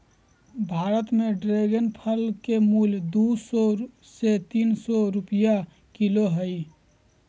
भारत में ड्रेगन फल के मूल्य दू सौ से तीन सौ रुपया किलो हइ